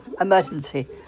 emergency